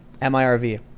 M-I-R-V